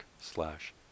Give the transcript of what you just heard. slash